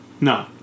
No